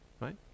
right